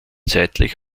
seitlich